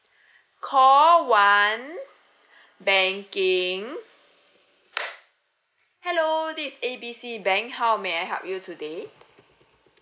call one banking hello this is A B C bank how may I help you today